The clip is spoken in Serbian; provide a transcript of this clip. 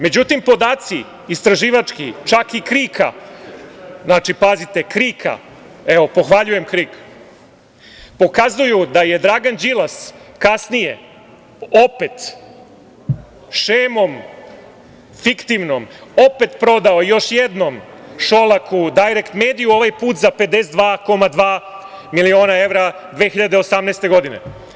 Međutim, podaci, istraživački, čak i KRIK-a, pazite, pohvaljujem KRIK, pokazuju da je Dragan Đilas kasnije fiktivnom šemom opet prodao još jednom Šolaku „Dajrek mediju“, a ovaj put za 52,2 miliona evra 2018. godine.